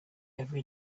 every